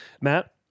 Matt